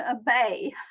obey